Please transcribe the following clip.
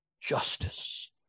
justice